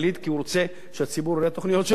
כי הוא רוצה שהציבור יראה תוכניות שלו,